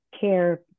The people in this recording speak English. care